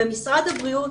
משרד הבריאות,